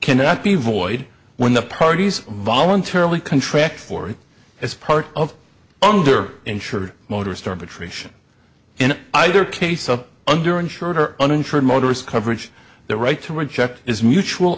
cannot be void when the parties voluntarily contract for as part of under insured motorist are patrician in either case up under insured or uninsured motorist coverage their right to reject is mutual